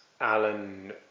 Alan